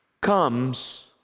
comes